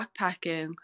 backpacking